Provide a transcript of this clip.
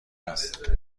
است